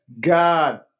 God